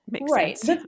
Right